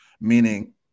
Meaning